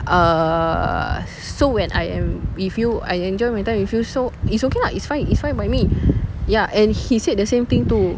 err so when I am with you I enjoy my time with you so it's okay lah it's fine it's fine by me ya and he said the same thing too